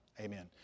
Amen